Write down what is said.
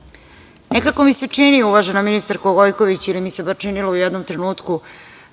tako. Nekako mi se čini, uvažena ministarko Gojković, ili mi se bar činilo u jednom trenutku